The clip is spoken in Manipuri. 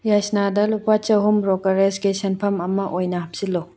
ꯌꯥꯏꯁꯅꯥꯗ ꯂꯨꯄꯥ ꯆꯍꯨꯝ ꯕ꯭ꯔꯣꯀꯔꯦꯖꯀꯤ ꯁꯦꯟꯐꯝ ꯑꯃ ꯑꯣꯏꯅ ꯍꯥꯞꯆꯤꯜꯂꯨ